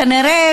כנראה,